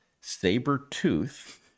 saber-tooth